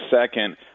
second